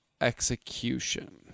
execution